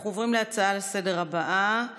אנחנו עוברים להצעות הבאות לסדר-היום,